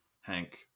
Hank